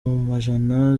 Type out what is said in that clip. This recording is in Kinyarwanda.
majana